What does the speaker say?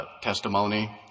testimony